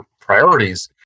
priorities